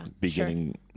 beginning